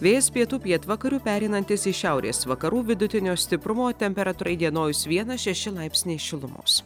vėjas pietų pietvakarių pereinantis į šiaurės vakarų vidutinio stiprumo temperatūra įdienojus vienas šeši laipsniai šilumos